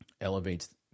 elevates